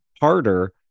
harder